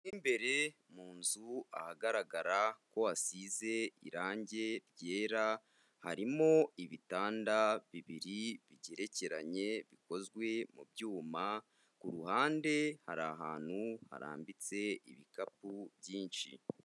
Mo imbere mu nzu ahagaragara ko hasize irangi ryera, harimo ibitanda bibiri bigerekeranye bikozwe mu byuma, ku ruhande hari ahantu harambitse ibikapu byinshi.